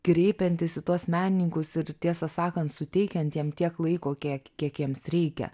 kreipiantis į tuos menininkus ir tiesą sakan suteikiant jiem tiek laiko kiek kiek jiems reikia